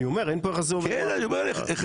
אני אומר שאין פה יחסי עובד-מעביד.